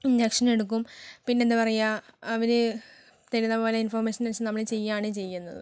injection എടുക്കും പിന്നെ എന്താ പറയാ അവർ തരുന്ന പോലെ ഇൻഫോർമേഷൻ അനുസരിച്ച് നമ്മൾ ചെയ്യുവാണ് ഈ ചെയ്യുന്നത്